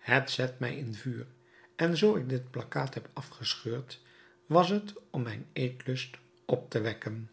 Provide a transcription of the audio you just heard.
het zet mij in vuur en zoo ik dit plakkaat heb afgescheurd was het om mijn eetlust op te wekken